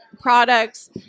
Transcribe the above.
products